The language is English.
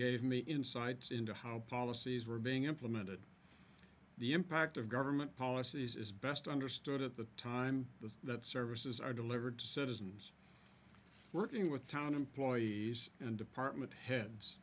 gave me insights into how policies were being implemented the impact of government policies is best understood at the time the that services are delivered to citizens working with town employees and department heads